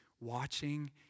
watching